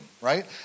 Right